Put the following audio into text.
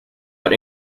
but